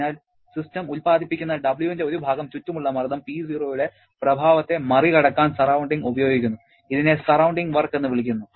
അതിനാൽ സിസ്റ്റം ഉത്പാദിപ്പിക്കുന്ന W ന്റെ ഒരു ഭാഗം ചുറ്റുമുള്ള മർദ്ദം P0 യുടെ പ്രഭാവത്തെ മറികടക്കാൻ സറൌണ്ടിങ് ഉപയോഗിക്കുന്നു ഇതിനെ സറൌണ്ടിങ് വർക്ക് എന്ന് വിളിക്കുന്നു